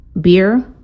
beer